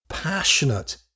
passionate